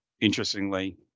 interestingly